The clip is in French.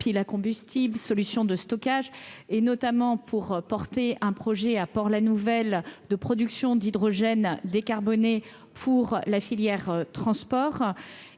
pile à combustible, solutions de stockage et notamment pour porter un projet à Port la Nouvelle de production d'hydrogène décarboné pour la filière transport